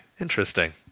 Interesting